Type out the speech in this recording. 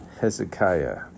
Hezekiah